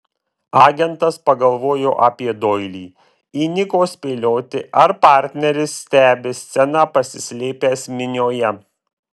agentas pagalvojo apie doilį įniko spėlioti ar partneris stebi sceną pasislėpęs minioje